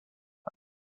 hat